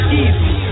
easy